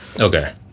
Okay